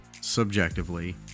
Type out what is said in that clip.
subjectively